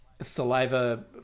Saliva